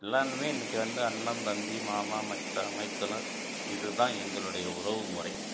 எல்லோருமே இன்றைக்கு வந்து அண்ணன் தம்பி மாமா மச்சான் மைத்துனர் இதுதான் எங்களுடைய உறவு முறை